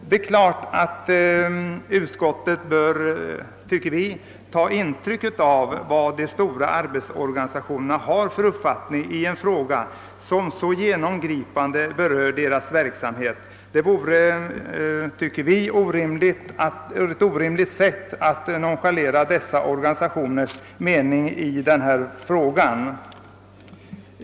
Vi tycker självfallet att utskottet bör ta intryck av den uppfattning, som de stora arbetsmarknadsorganisationerna har i en fråga som så genomgripande berör deras verksamhet. Vi anser att det vore orimligt att nonchalera dessa organisationers mening i denna fråga.